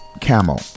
camel